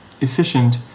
efficient